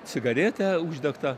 cigaretę uždegtą